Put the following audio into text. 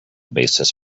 basis